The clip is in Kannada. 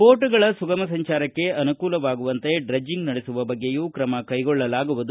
ಬೋಟ್ಗಳ ಸುಗಮ ಸಂಚಾರಕ್ಕೆ ಅನುಕೂಲವಾಗುವಂತೆ ಡ್ರಜ್ಜಂಗ್ ನಡೆಸುವ ಬಗ್ಗೆಯೂ ತ್ರಮ ಕೈಗೊಳ್ಳಲಾಗುವುದು